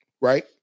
Right